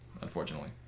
unfortunately